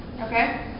okay